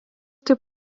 taip